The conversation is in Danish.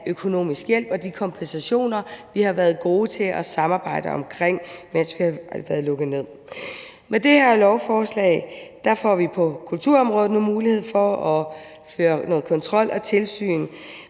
økonomisk hjælp og de kompensationer, vi har været gode til at samarbejde om, mens vi har været lukket ned. Med det her lovforslag får vi på kulturområdet nu mulighed for at føre noget kontrol og tilsyn